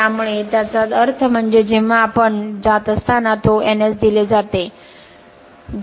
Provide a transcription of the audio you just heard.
त्यामुळे याचा अर्थ म्हणजे जेव्हा आपण जात असताना तो NS दिले जाते